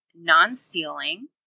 non-stealing